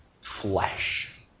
flesh